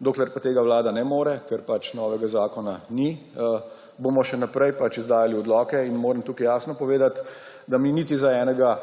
Dokler pa tega Vlada ne more, ker pač novega zakona ni, bomo še naprej izdajali odloke. Moram tukaj jasno povedati, da mi niti za enega,